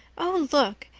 oh, look,